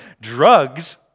Drugs